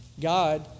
God